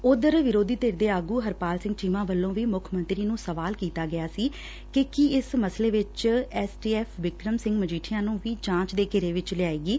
ਓਧਰ ਵਿਰੋਧੀ ਧਿਰ ਦੇ ਆਗੂ ਹਰਪਾਲ ਚੀਮਾ ਵੱਲੋਂ ਵੀ ਮੁੱਖ ਮੰਤਰੀ ਨੂੰ ਸਵਾਲ ਕੀਤਾ ਗਿਆ ਸੀ ਕਿ ਕੀ ਇਸ ਮਸਲੇ ਵਿਚ S T F Bikram Singh Majithia ਨੂੰ ਵੀ ਜਾਂਚ ੱਦੇ ਘੇਰੇ ਚ ਲਿਆਏਗੀ